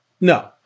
No